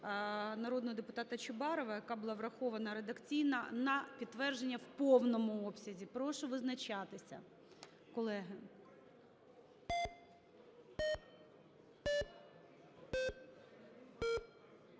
народного депутата Чубарова, яка була врахована редакційно, на підтвердження в повному обсязі. Прошу визначатися, колеги.